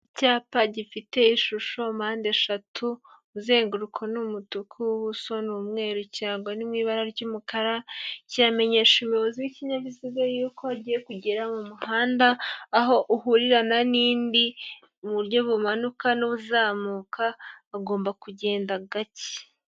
Icyapa gifite ishusho mpande eshatu, umuzenguruko ni umutuku, ubuso ni umweru ikirango ni mu ibara ry'umukara, kiramenyesha umuyobozi w'ikinyabiziga y'uko agiye kugera mu muhanda aho uhurana n'indi mu buryo bumanuka n'ubuzamuka agomba kugenda gake.